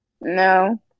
No